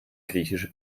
griechische